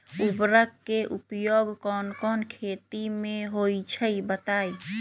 उर्वरक के उपयोग कौन कौन खेती मे होई छई बताई?